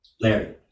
Larry